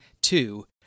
Two